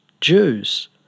Jews